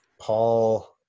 Paul